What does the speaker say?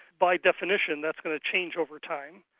by definition that's going to change over time.